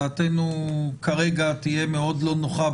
דעתנו כרגע תהיה מאוד לא נוחה,